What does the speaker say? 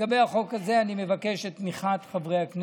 לגבי החוק הזה אני מבקש את תמיכת הכנסת